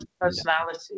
personality